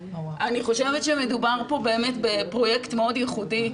אני חושבת שמדובר פה באמת בפרויקט מאוד ייחודי.